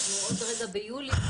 אנחנו עוד רגע ביולי.